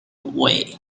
way